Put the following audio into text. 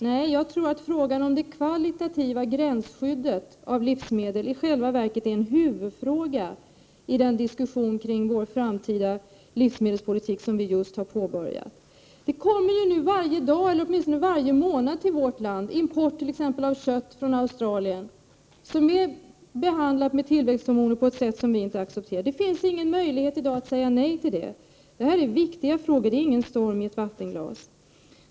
Nej, jag tror att frågan om det kvalitativa gränsskyddet av livsmedel i själva verket är en huvudfråga i den diskussion kring vår framtida livsmedelspolitik som vi just har påbörjat. Det importeras varje dag, eller åtminstone varje månad, till vårt land t.ex. kött från Australien som är behandlat med tillväxthormoner på ett sätt som vi inte accepterar i Sverige. Det finns i dag ingen möjlighet att säga nej till detta. Det är viktiga frågor. Det är inte en storm i ett vattenglas.